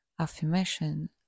Affirmation